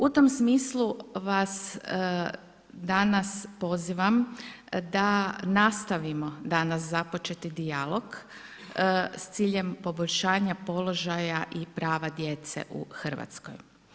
U tom smislu vas danas, pozivam da nastavimo, danas započeti dijalog, s ciljem poboljšanja položaja i prava djece u Hrvatskoj.